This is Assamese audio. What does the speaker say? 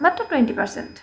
মাত্ৰ টুৱেণ্টি পাৰৰ্চেণ্ট